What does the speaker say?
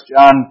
John